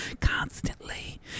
constantly